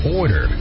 order